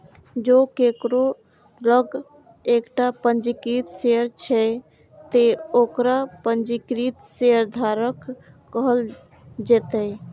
जों केकरो लग एकटा पंजीकृत शेयर छै, ते ओकरा पंजीकृत शेयरधारक कहल जेतै